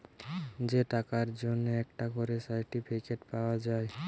যে টাকার জন্যে একটা করে সার্টিফিকেট পাওয়া যায়